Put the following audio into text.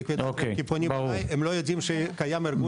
כי פונים אליי אנשים והם לא יודעים שקיים ארגון.